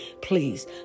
please